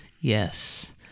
Yes